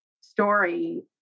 story